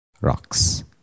Rocks